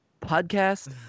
podcast